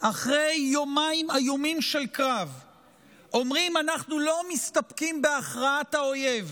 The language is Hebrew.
אחרי יומיים איומים של קרב אומרים: אנחנו לא מסתפקים בהכרעת האויב,